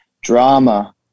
Drama